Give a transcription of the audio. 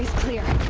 clear!